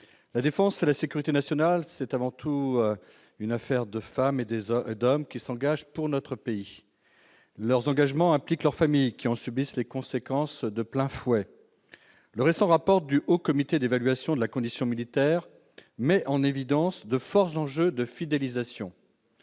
La défense et la sécurité nationale, c'est avant tout des femmes et des hommes qui s'engagent pour notre pays. Leurs engagements impliquent leurs familles, qui en subissent les conséquences de plein fouet. Le récent rapport du Haut Comité d'évaluation de la condition militaire met en évidence de forts enjeux de fidélisation.